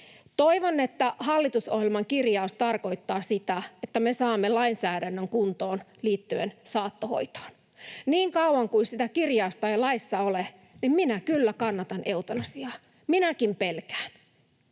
Toivon, että hallitusohjelman kirjaus tarkoittaa sitä, että me saamme lainsäädännön kuntoon liittyen saattohoitoon. Niin kauan kuin sitä kirjausta ei laissa ole, niin minä kyllä kannatan eutanasiaa. Minäkin pelkään.